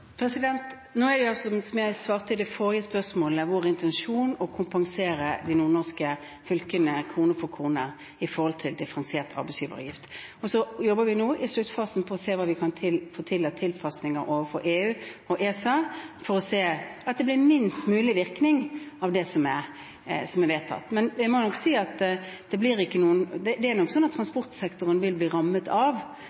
Som jeg svarte på det forrige spørsmålet, så er det vår intensjon å kompensere de nordnorske fylkene krone for krone i forhold til endringene i differensiert arbeidsgiveravgift. Nå i sluttfasen jobber vi med å se på hva vi kan få til av tilpasninger overfor EU og ESA, for å få minst mulig virkning av det som er vedtatt. Men det er nok slik at transportsektoren vil bli rammet av endringene i differensiert arbeidsgiveravgift, og da er